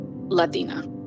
Latina